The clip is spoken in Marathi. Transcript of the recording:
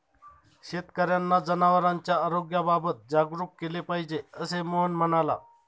शेतकर्यांना जनावरांच्या आरोग्याबाबत जागरूक केले पाहिजे, असे मोहन म्हणाला